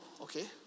Okay